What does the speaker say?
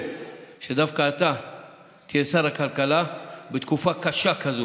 שדווקא אתה תהיה שר הכלכלה בתקופה קשה כזאת.